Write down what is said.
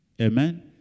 amen